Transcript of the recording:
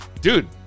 Dude